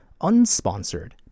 unsponsored